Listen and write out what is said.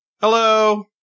Hello